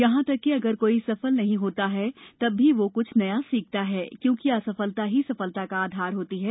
यहां तक कि अगर कोई सफल नहीं भी होता है तब भी वह कुछ नया सीखता है क्योंकि असफलता ही सफलता का आधार होती है